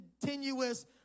continuous